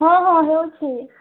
ହଁ ହଁ ହେଉଛି